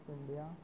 India